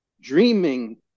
dreaming